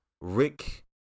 Rick